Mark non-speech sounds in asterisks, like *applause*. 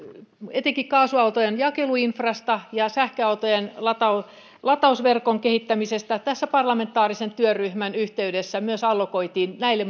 etenkin kaasuautojen jakeluinfrasta ja sähköautojen latausverkon kehittämisestä tämän parlamentaarisen työryhmän yhteydessä myös allokoitiin näille *unintelligible*